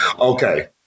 Okay